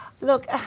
Look